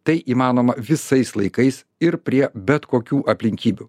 tai įmanoma visais laikais ir prie bet kokių aplinkybių